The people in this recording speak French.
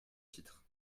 titre